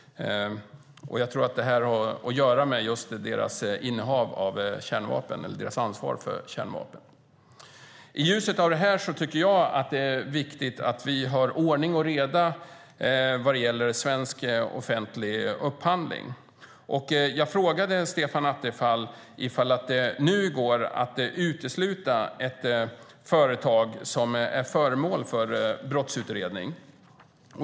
Jag tror att det har att göra med deras innehav av kärnvapen eller deras ansvar för kärnvapen. I ljuset av detta tycker jag att det är viktigt att vi har ordning och reda vad gäller svensk offentlig upphandling. Jag frågade Stefan Attefall om det går att utesluta ett företag som är föremål för brottsutredning.